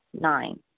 Nine